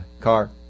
car